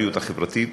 הסולידריות החברתית